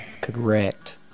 Correct